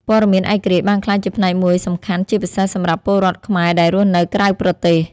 ព័ត៌មានឯករាជ្យបានក្លាយជាផ្នែកមួយសំខាន់ជាពិសេសសម្រាប់ពលរដ្ឋខ្មែរដែលរស់នៅក្រៅប្រទេស។